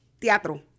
teatro